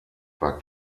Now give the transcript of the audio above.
war